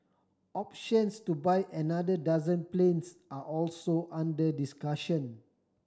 options to buy another dozen planes are also under discussion